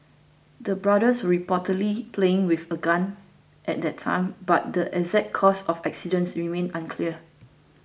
the brothers were reportedly playing with a gun at the time but the exact cause of the accident remains unclear